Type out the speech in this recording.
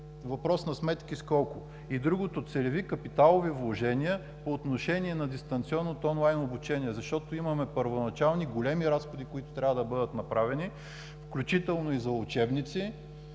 въпрос на сметки с колко, и другото – целеви капиталови вложения по отношение на дистанционното онлайн обучение. Защото имаме първоначални, големи разходи, които трябва да бъдат направени, включително и за учебници,